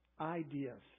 ideas